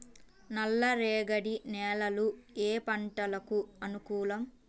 నల్లరేగడి నేలలు ఏ పంటలకు అనుకూలం?